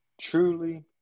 truly